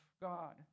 God